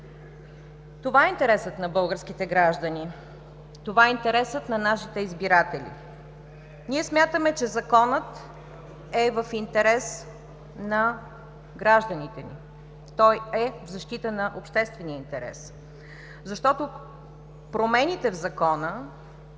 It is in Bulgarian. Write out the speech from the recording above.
Това е интересът на българските граждани, това е интересът на нашите избиратели. Ние смятаме, че Законът е в интерес на гражданите ни. Той е в защита на обществения интерес, защото промените в Закона